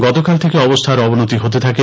গতকাল থেকে অবস্থার অবনতি হতে থাকে